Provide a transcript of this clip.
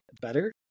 better